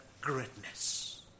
greatness